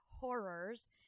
horrors